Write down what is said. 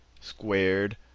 squared